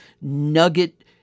nugget